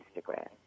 instagram